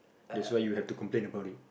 that's why you have to complain about it